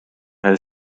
neil